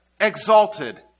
exalted